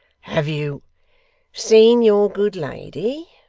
have you seen your good lady?